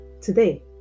Today